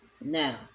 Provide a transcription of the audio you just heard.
Now